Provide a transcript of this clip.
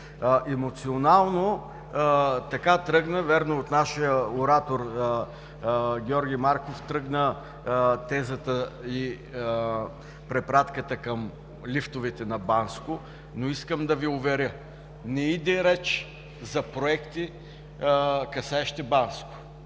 Емоционално тръгна тезата, вярно, от нашия оратор Георги Марков, препратката към лифтовете на Банско, но искам да Ви уверя – не иде реч за проекти, касаещи Банско.